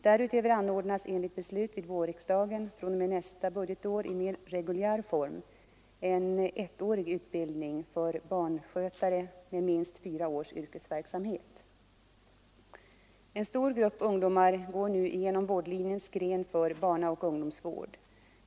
Därutöver anordnas enligt beslut vid vårriksdagen, fr.o.m. nästa budgetår i mer reguljär form, en ettårig utbildning för barnskötare med minst fyra års yrkesverksamhet. En stor grupp ungdomar går nu igenom vårdlinjens gren för barnaoch ungdomsvård.